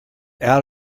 out